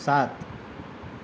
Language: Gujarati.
સાત